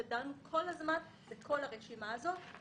שדנו כל הזמן בכל הרשימה הזאת.